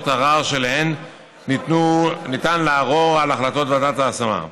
ערר שאפשר לערור אליהן על החלטות ועדת ההשמה.